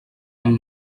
amb